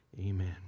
amen